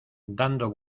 dando